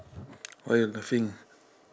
why you laughing